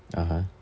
(uh huh)